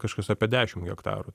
kažkas apie dešim hektarų